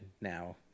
now